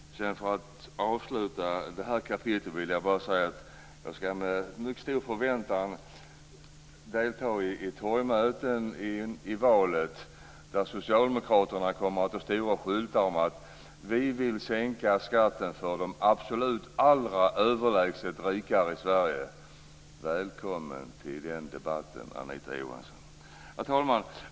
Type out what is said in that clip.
För att avsluta det här kapitlet skall jag bara säga att jag med mycket stor förväntan skall delta i torgmöten inför valet, där Socialdemokraterna kommer att ha stora skyltar där det står: Vi vill sänka skatten för de absolut allra överlägset rikaste i Sverige. Välkommen till den debatten, Anita Johansson! Herr talman!